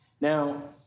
Now